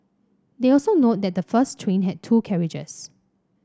they also note that the first train had two carriages